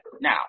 Now